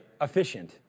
Efficient